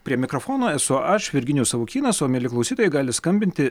prie mikrofono esu aš virginijus savukynas o mieli klausytojai gali skambinti